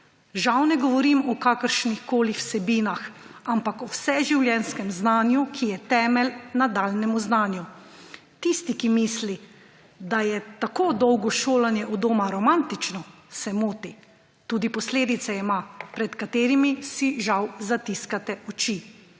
Žal ne govorim o kakršnihkoli vsebinah, ampak o vseživljenjskem znanju, ki je temelj nadaljnjemu znanju. Tisti, ki misli, da je tako dolgo šolanje od doma romantično, se moti. Tudi posledice ima, pred katerimi si žal zatiskate oči.